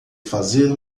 fazer